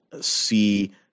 see